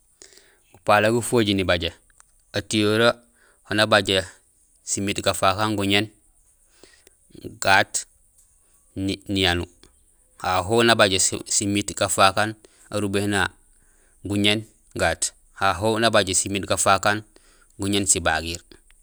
Gupalay gufojiir nibajé. Atiyoree ho nabajé simiit gafaak aan guñéén gaat niyanuur, ahu nabajé simiit gafaak aan arubahéén ha guñéén gaat, ahu nabajé simiit gafaak aan guñéén sibagiir.